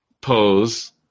pose